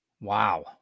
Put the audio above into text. Wow